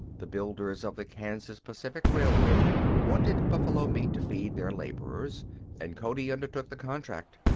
the builders of the kansas pacific railroad wanted buffalo meat to feed their laborers and cody undertook the contract.